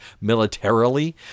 militarily